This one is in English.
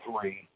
three